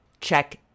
check